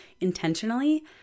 intentionally